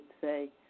say